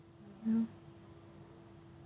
um